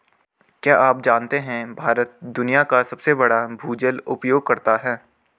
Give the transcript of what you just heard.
क्या आप जानते है भारत दुनिया का सबसे बड़ा भूजल उपयोगकर्ता है?